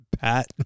Pat